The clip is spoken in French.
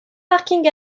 parking